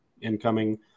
incoming